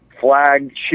flagship